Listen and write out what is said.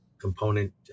component